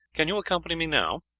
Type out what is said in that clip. can you accompany me now?